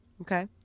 okay